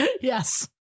Yes